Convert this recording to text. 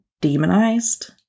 demonized